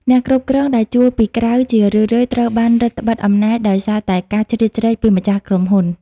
អ្នកគ្រប់គ្រងដែលជួលពីក្រៅជារឿយៗត្រូវបានរឹតត្បិតអំណាច ដោយសារតែការជ្រៀតជ្រែកពីម្ចាស់ក្រុមហ៊ុន។